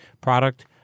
product